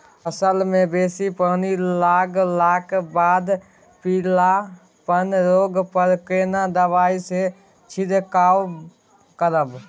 फसल मे बेसी पानी लागलाक बाद पीलापन रोग पर केना दबाई से छिरकाव करब?